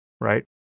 right